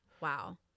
Wow